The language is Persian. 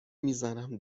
میزنم